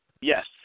Yes